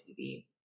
TV